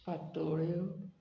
पातोळ्यो